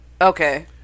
Okay